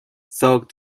thought